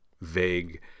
vague